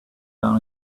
down